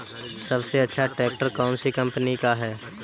सबसे अच्छा ट्रैक्टर कौन सी कम्पनी का है?